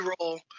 role